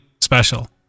special